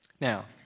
Now